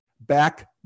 back